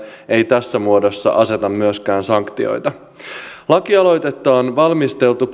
ei tässä muodossa aseta myöskään sanktioita lakialoitetta on valmisteltu